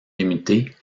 limitée